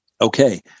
okay